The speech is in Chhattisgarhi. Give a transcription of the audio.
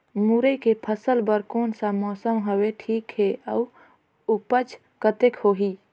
मुरई के फसल बर कोन सा मौसम हवे ठीक हे अउर ऊपज कतेक होही?